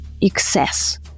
excess